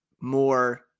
more